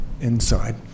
inside